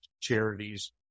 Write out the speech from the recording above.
charities